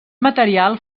material